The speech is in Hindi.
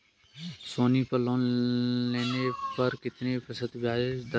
सोनी पर लोन लेने पर कितने प्रतिशत ब्याज दर लगेगी?